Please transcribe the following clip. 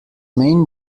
main